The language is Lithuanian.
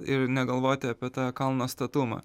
ir negalvoti apie tą kalno statumą